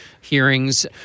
hearings